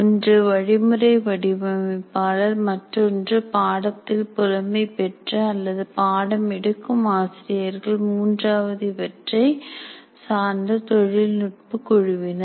ஒன்று வழிமுறை வடிவமைப்பாளர் மற்றொன்று பாடத்தில் புலமை பெற்ற அல்லது பாடம் எடுக்கும் ஆசிரியர்கள் மூன்றாவது இவற்றை சார்ந்த தொழில்நுட்ப குழுவினர்